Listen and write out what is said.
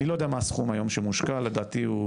אני לא יודע מה הסכום שמושקע היום, לדעתי הוא